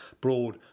Broad